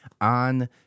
on